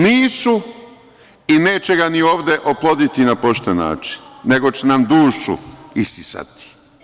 Nisu i neće ga ni ovde oploditi na pošten način, nego će nam dušu isisati.